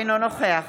אינו נוכח